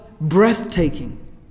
breathtaking